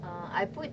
uh I put